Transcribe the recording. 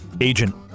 agent